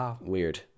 weird